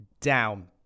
down